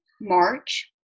March